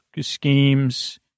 schemes